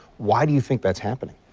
why do you think that's happening.